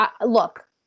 Look